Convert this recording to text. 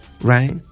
right